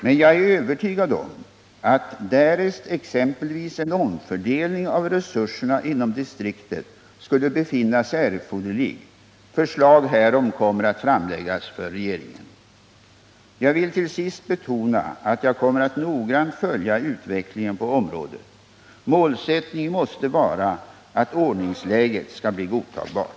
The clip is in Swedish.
Men jag är övertygad om att, därest exempelvis en omfördelning av resurserna inom distriktet skulle befinnas erforderlig, förslag härom kommer att framläggas för regeringen. Jag vill till sist betona att jag kommer att noggrant följa utvecklingen på området. Målsättningen måste vara att ordningsläget skall bli godtagbart.